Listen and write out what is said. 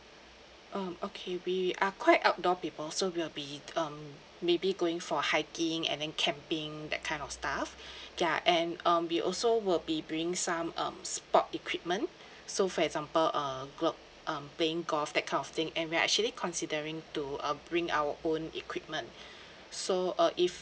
um okay we are quite outdoor people so we'll be um maybe going for hiking and then camping that kind of stuff ya and um we also will be bringing some um sport equipment so for example uh glov~ um playing golf that kind of thing and we are actually considering to uh bring our own equipment so uh if